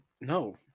no